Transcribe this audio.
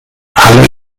alle